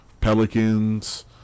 Pelicans –